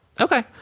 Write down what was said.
Okay